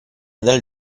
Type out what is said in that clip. del